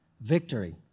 victory